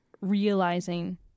realizing